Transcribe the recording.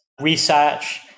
research